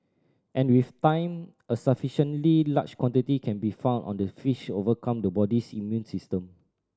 and with time a sufficiently large quantity can be found on the fish overcome the body's immune system